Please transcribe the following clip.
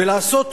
ולעשות,